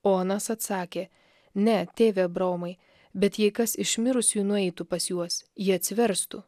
o anas atsakė ne tėve abraomai bet jei kas iš mirusiųjų nueitų pas juos jie atsiverstų